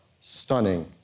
stunning